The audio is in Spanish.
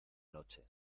noche